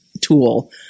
tool